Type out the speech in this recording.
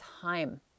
time